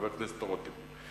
חבר הכנסת רותם.